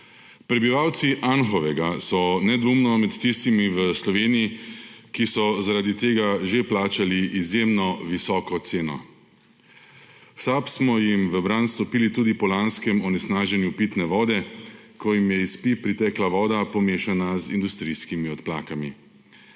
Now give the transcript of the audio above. Prebivalci Anhovega so nedvoumno med tistimi v Sloveniji, ki so zaradi tega že plačali izjemno visoko ceno. V SAB smo jim v bran stopili tudi po lanskem onesnaženju pitne vode, ko jim je iz pip pritekla voda, pomešana z industrijskimi odplakami.